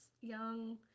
young